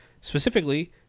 specifically